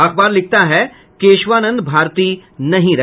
अखबार लिखता है केशवानंद भारती नहीं रहे